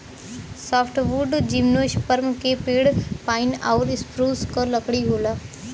softwood gymnosperm के पेड़ pine आउर स्प्रूस क लकड़ी होला